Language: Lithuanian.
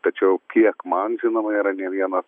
tačiau kiek man žinoma yra nė vienas